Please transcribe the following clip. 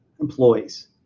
employees